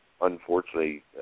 unfortunately